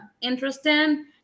interesting